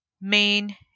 main